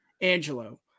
Angelo